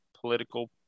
political